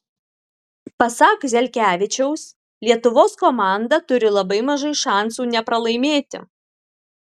pasak zelkevičiaus lietuvos komanda turi labai mažai šansų nepralaimėti